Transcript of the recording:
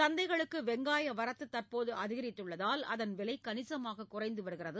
சந்தைகளுக்கு வெங்காய வரத்து தற்போது அதிகரித்துள்ளதால் அதன் விலை கணிசமாக குறைந்து வருகிறது